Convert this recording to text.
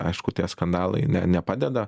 aišku tie skandalai ne nepadeda